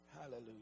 Hallelujah